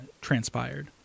transpired